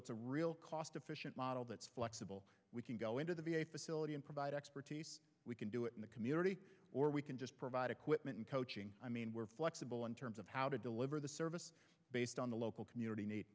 it's a real cost efficient model that's flexible we can go into the v a facility and provide expertise we can do it in the community or we can just provide equipment and coaching i mean we're flexible in terms of how to deliver the service based on the local community need